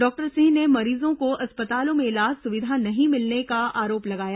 doctor Singh ने मरीजों को अस्पतालों में इलाज सुविधा नहीं मिलने का आरोप लगाया